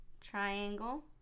triangle